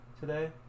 today